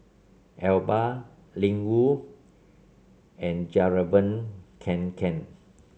Alba Ling Wu and Fjallraven Kanken